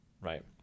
right